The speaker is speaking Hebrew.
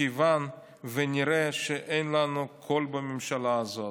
מכיוון שנראה שאין לנו קול בממשלה הזאת.